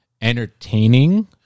entertaining